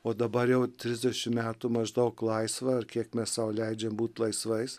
o dabar jau trisdešim metų maždaug laisva kiek mes sau leidžiam būt laisvais